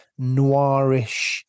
noirish